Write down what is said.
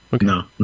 No